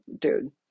dude